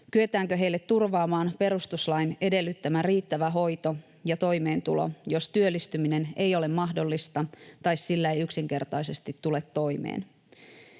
kyetäänkö heille turvaamaan perustuslain edellyttämä riittävä hoito ja toimeentulo, jos työllistyminen ei ole mahdollista tai sillä ei yksinkertaisesti tule toimeen?